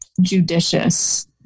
judicious